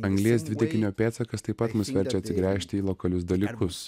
anglies dvideginio pėdsakas taip pat mus verčia atsigręžti į lokalius dalykus